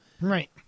Right